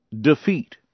defeat